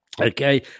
Okay